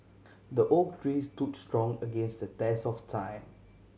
the oak tree stood strong against the test of time